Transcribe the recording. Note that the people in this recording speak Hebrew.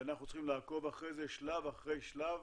אנחנו צריכים לעקוב אחרי זה שלב אחרי שלב.